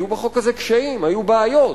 היו בחוק הזה קשיים, היו בעיות,